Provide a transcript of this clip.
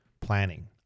planning